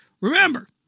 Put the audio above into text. Remember